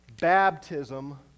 baptism